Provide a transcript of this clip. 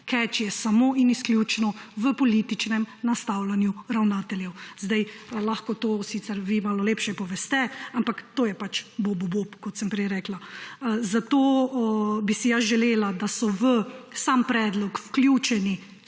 je samo in izključno v političnem nastavljanju ravnateljev. Zdaj lahko to sicer vi malo lepše poveste, ampak to je pač bobu bob, kot sem prej rekla. Zato bi si jaz želela, da so v sam predlog vključeni